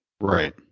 Right